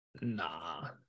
Nah